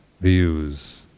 views